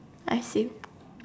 I see